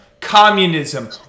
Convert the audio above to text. communism